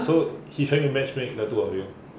so he trying to matchmake the two of you